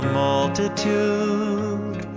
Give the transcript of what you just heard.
multitude